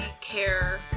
care